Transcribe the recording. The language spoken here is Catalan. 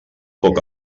poc